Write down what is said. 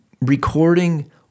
recording